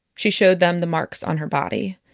she showed them the marks on her body.